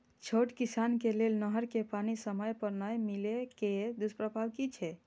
छोट किसान के लेल नहर के पानी समय पर नै मिले के दुष्प्रभाव कि छै?